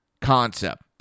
concept